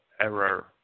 error